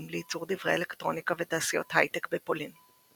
לייצור דברי אלקטרוניקה ותעשיות היי-טק בפולין.